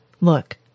Look